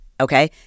okay